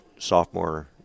Sophomore